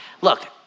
Look